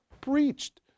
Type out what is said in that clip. preached